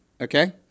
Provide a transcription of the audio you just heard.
okay